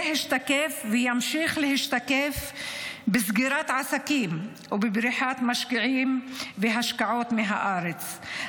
זה ישתקף וימשיך להשתקף בסגירת העסקים או בבריחת משקיעים והשקעות מהארץ,